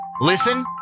Listen